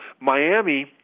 Miami